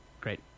Great